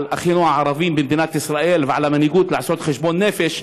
על אחינו הערבים במדינת ישראל ועל המנהיגות לעשות חשבון נפש,